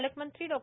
पालकमंत्री डॉ